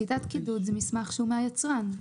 שיטת הקידוד זה המסמך שהוא מהיצרן.